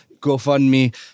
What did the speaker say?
GoFundMe